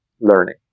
learning